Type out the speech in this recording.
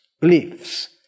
beliefs